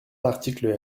l’article